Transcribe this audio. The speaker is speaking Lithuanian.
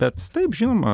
bet taip žinoma